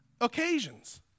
occasions